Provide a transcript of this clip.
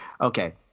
Okay